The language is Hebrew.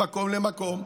ממקום למקום,